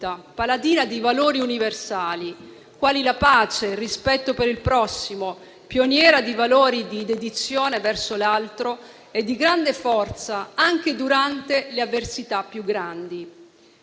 paladina di valori universali quali la pace, il rispetto per il prossimo, pioniera di valori di dedizione verso l'altro e di grande forza, anche durante le avversità più grandi.